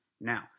Now